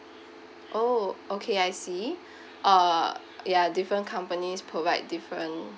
oh okay I see uh ya different companies provide different